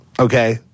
Okay